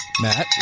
Matt